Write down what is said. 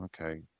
Okay